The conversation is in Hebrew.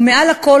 ומעל הכול,